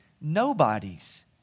nobody's